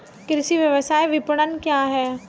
कृषि व्यवसाय विपणन क्या है?